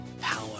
Power